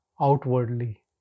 outwardly